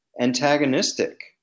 antagonistic